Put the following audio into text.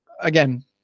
again